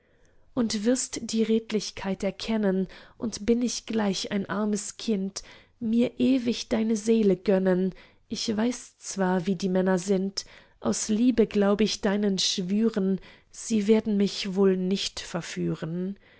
du wirst die redlichkeit erkennen und bin ich gleich ein armes kind mir ewig deine seele gönnen ich weiß zwar wie die männer sind aus liebe glaub ich deinen schwüren sie werden mich wohl nicht verführen